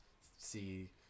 see